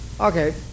Okay